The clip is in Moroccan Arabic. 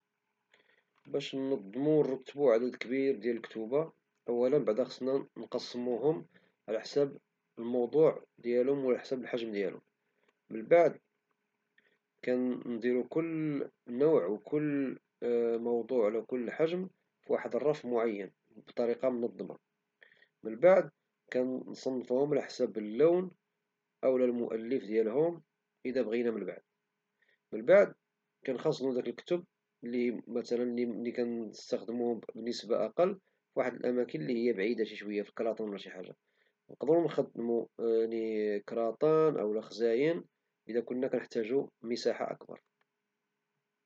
باش نظمو ونرتبو عدد كبير ديال الكتب خصنا نقسمهم على حساب الموضوع والحجم ديالهم من بعد كنديرو كل نوع وكل موضوع وكل حجم فواحد الرف معين بطريقة منظمة، من بعد كنصنفوهوم على حساب اللون أو المؤلف إذا بغينا، من بعد كنخزنو الكتب لي كنستعملوهم بنسبة أقل في الأماكن لي هي بعيدة نسبيا في كراطن أو خزاين إذا كنا نحتاجو مساحة أكبر.